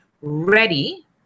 ready